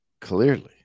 Clearly